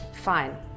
Fine